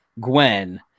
Gwen